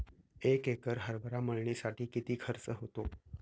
एक एकर हरभरा मळणीसाठी किती खर्च होतो?